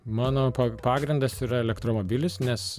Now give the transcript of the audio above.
mano pa pagrindas yra elektromobilis nes